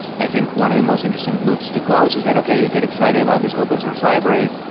i think one of the most interesting loops to close is that, okay, you get excited about this open source library.